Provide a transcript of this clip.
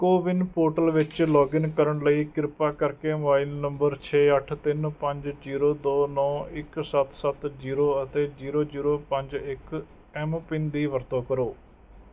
CoWIN portal ਵਿੱਚ login ਕਰਨ ਲਈ ਕਿਰਪਾ ਕਰਕੇ ਮੋਬਾਈਲ ਨੰਬਰ ਛੇ ਅੱਠ ਤਿੰਨ ਪੰਜ ਜੀਰੋ ਦੋ ਨੌੌ ਇੱਕ ਸੱਤ ਸੱਤ ਜੀਰੋੋ ਅਤੇ ਜੀਰੋੋ ਜੀਰੋੋੋ ਪੰਜ ਇੱਕ ਐੱਮਪਿੰਨ ਦੀ ਵਰਤੋਂ ਕਰੋ